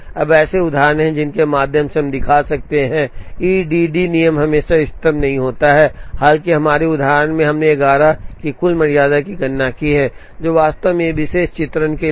अब ऐसे उदाहरण हैं जिनके माध्यम से हम दिखा सकते हैं कि ई डी डी नियम हमेशा इष्टतम नहीं होता है हालांकि हमारे उदाहरण में हमने 11 की कुल मर्यादा की गणना की है जो वास्तव में इस विशेष चित्रण के लिए इष्टतम है